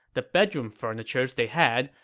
the bedroom furnitures they had,